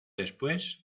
después